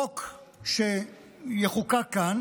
חוק שיחוקק כאן